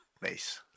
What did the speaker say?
Nice